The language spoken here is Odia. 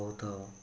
ବହୁତ